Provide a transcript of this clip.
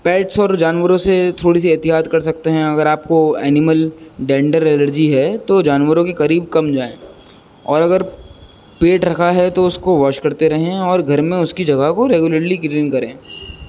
pets اور جانوروں سے تھوڑی سی احتیاط کر سکتے ہیں اگر آپ کو اینمل ڈینڈر الرجی ہے تو جانوروں کے قریب کم جائیں اور اگر پیٹ رکھا ہے تو اس کو واش کرتے رہیں اور گھر میں اس کی جگہ کو ریگولرلی کلین کریں